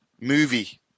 movie